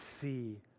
see